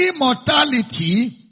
immortality